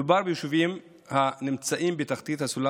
מדובר ביישובים הנמצאים בתחתית הסולם